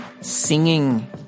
singing